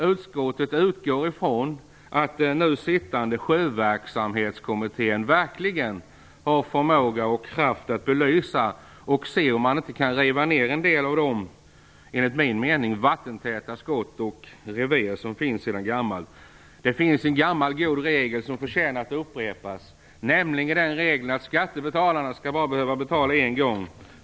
Utskottet utgår från att den nu sittande Sjöverksamhetskommittén verkligen har förmåga och kraft att belysa och se om det inte går att riva en del av de vattentäta skott och revirgränser som finns sedan gammalt. Det finns en gammal god regel som förtjänar att upprepas, nämligen att skattebetalarna bara skall behöva betala en gång.